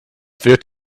wird